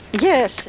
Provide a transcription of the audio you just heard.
Yes